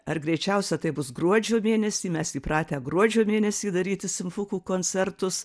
ar greičiausia tai bus gruodžio mėnesį mes įpratę gruodžio mėnesį daryti simfukų koncertus